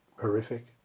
horrific